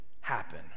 happen